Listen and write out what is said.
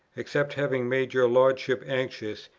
except having made your lordship anxious,